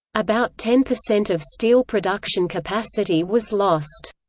about ten percent of steel production capacity was lost.